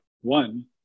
One